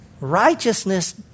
righteousness